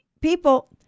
People